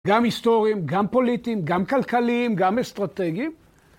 גם היסטוריים, גם פוליטיים, גם כלכליים, גם אסטרטגיים.